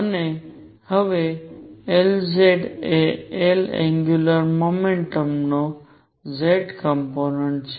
અને હવે Lz એ L એંગ્યુંલર મોમેન્ટમ નો z કોમ્પોનેંટ છે